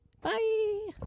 bye